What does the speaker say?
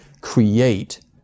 create